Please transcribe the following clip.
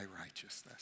righteousness